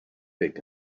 big